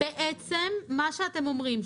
מה שאתם אומרים,